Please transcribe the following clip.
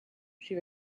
she